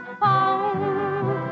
found